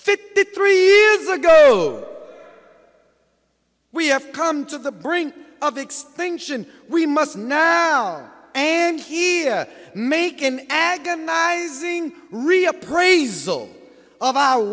fifty three years ago we have come to the brink of extinction we must now and here make an agonizing reappraisal of our